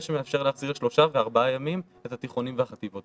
שמאפשר להחזיר שלושה וארבעה ימים את התיכונים והחטיבות.